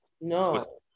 No